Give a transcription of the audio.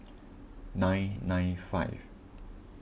nine nine five